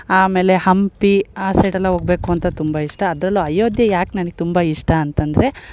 ಆಮೇಲೆ ಹಂಪಿ ಆ ಸೈಡ್ ಎಲ್ಲ ಹೋಗ್ಬೇಕು ಅಂತ ತುಂಬ ಇಷ್ಟ ಅದರಲ್ಲು ಅಯೋಧ್ಯೆ ಯಾಕೆ ನನಗ್ ತುಂಬ ಇಷ್ಟ ಅಂತಂದರೆ